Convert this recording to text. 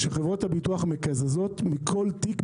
כי חברות הביטוח מקזזות מכל תיק,